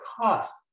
cost